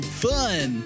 fun